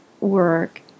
work